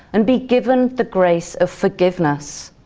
and be given the grace of forgiveness.